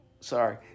sorry